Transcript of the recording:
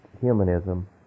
humanism